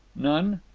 none.